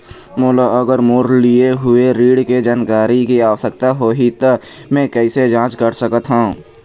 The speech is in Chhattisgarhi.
मोला अगर मोर लिए हुए ऋण के जानकारी के आवश्यकता होगी त मैं कैसे जांच सकत हव?